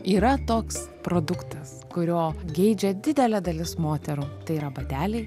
yra toks produktas kurio geidžia didelė dalis moterų tai yra bateliai